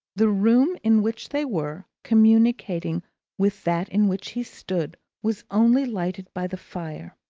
the room in which they were, communicating with that in which he stood, was only lighted by the fire.